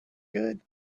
good